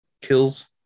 kills